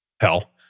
hell